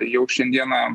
jau šiandieną